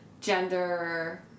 gender